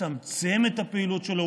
נצמצם את הפעילות שלו.